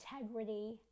integrity